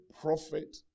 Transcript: prophet